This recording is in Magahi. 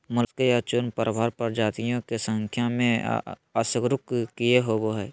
मोलस्का या चूर्णप्रावार प्रजातियों के संख्या में अकशेरूकीय होबो हइ